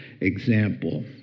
example